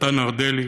נתן ארדלי,